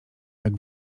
jak